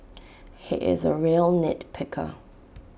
he is A real nit picker